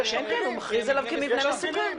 הוא מכריז עליו כמבנה מסוכן.